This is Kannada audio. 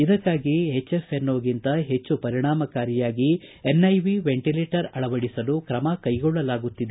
ಇದಕ್ಕಾಗಿ ಎಚ್ ಎಫ್ಎನ್ಒ ಗಿಂತ ಹೆಚ್ಚು ಪರಿಣಾಮಕಾರಿಯಾಗಿ ಎನ್ಐವಿ ವೆಂಟಲೇಟರ್ ಅಳವಡಿಸಲು ಕ್ರಮ ಕೈಗೊಳ್ಳಲಾಗುತ್ತಿದೆ